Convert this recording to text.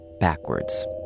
backwards